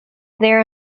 there